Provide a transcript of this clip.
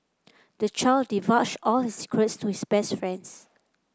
the child divulged all his secrets to his best friends